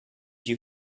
you